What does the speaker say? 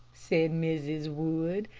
said mrs. wood.